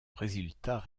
résultat